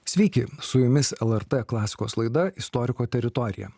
sveiki su jumis lrt klasikos laida istoriko teritorija